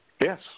Yes